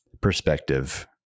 perspective